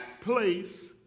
place